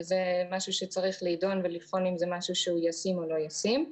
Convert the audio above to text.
וזה משהו שצריך להידון ולהיבחן אם זה ישים או לא ישים.